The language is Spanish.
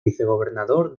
vicegobernador